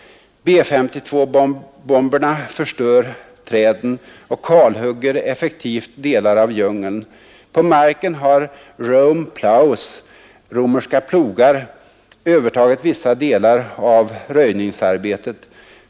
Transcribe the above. B-52-bomberna förstör träden och kalhugger effektivt delar av djungeln. På marken har ”Rome plows”, romerska plogar, övertagit vissa delar av röjningsarbetet.